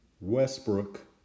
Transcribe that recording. Westbrook